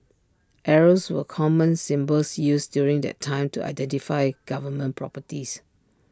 arrows were common symbols used during that time to identify government properties